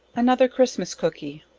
another christmas cookey.